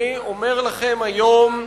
אני אומר לכם היום,